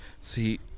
See